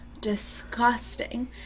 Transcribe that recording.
disgusting